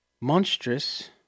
monstrous